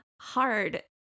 hard